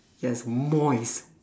yes moist